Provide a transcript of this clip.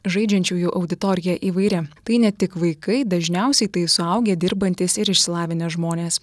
žaidžiančiųjų auditorija įvairi tai ne tik vaikai dažniausiai tai suaugę dirbantys ir išsilavinę žmonės